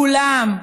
כולם,